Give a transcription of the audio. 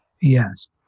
Yes